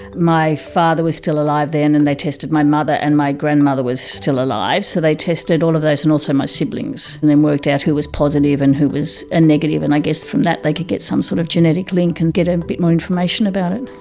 my father was still alive then and they tested my mother, and my grandmother was still alive, so they tested all of those and also my siblings and then worked out who was positive and who was ah negative, and i guess from that they could get some sort of genetic link and get a bit more information about it.